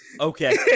Okay